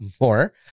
more